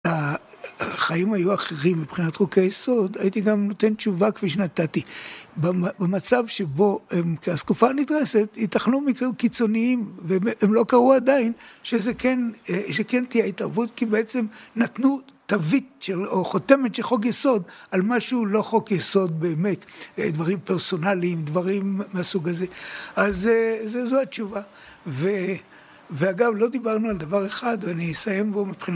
החיים היו אחרים מבחינת חוקי היסוד, הייתי גם נותן תשובה כפי שנתתי במצב שבו, כאסקופה נדרסת, יתכנו מקרים קיצוניים, והם לא קרו עדיין, שזה כן, שכן תהיה התערבות, כי בעצם נתנו תווית של או חותמת של חוק יסוד על מה שהוא לא חוק יסוד באמת, דברים פרסונליים, דברים מהסוג הזה, אז אה זו התשובה, ו... ואגב לא דיברנו על דבר אחד, ואני אסיים בו מבחינת